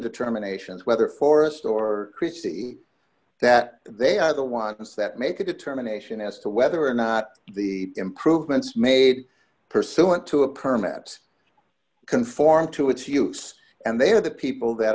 determinations whether forest or krissy that they are the ones that make a determination as to whether or not the improvements made pursuant to a permits conform to its use and they are the people that